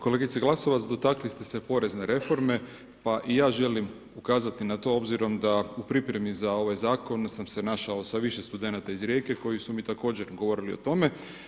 Kolegice Glasovac, dotakli ste se porezne reforme pa i ja želim ukazati na to obzirom da u pripremi za ovaj zakon sam se našao sa više studenata iz Rijeke koji su mi također govorili o tome.